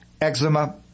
eczema